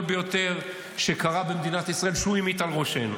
ביותר שקרה במדינת ישראל שהוא המיט על ראשנו.